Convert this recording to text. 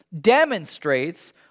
demonstrates